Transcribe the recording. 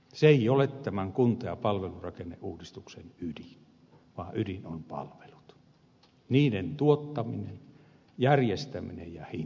se ei ole tämän kunta ja palvelurakenneuudistuksen ydin vaan ydin ovat palvelut niiden tuottaminen järjestäminen ja hinta